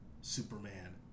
Superman